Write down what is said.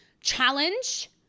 Challenge